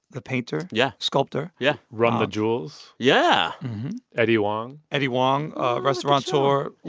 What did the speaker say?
the painter. yeah. sculptor yeah run the jewels yeah eddie huang eddie huang ah restauranteur,